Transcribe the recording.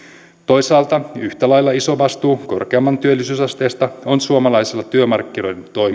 yhtä lailla iso vastuu korkeammasta työllisyysasteesta on suomalaisilla työmarkkinoiden